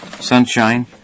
sunshine